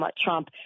Trump